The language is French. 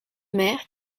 maire